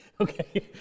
Okay